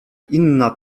inna